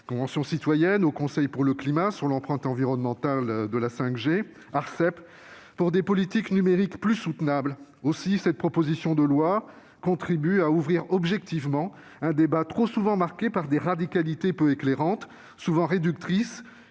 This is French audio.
climat et du Haut Conseil pour le climat, sur l'empreinte environnementale de la 5G, de l'Arcep, pour des politiques numériques plus soutenables. Aussi cette proposition de loi contribue-t-elle à ouvrir objectivement un débat trop souvent marqué par des radicalités peu éclairantes, souvent réductrices,